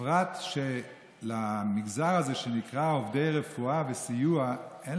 בפרט שלמגזר הזה שנקרא עובדי רפואה וסיוע אין